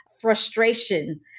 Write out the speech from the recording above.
frustration